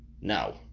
no